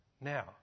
Now